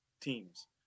teams